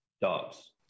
Dogs